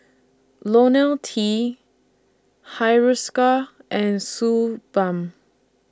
Ionil T Hiruscar and Suu Balm